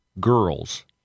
girls